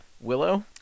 Willow